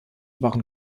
waren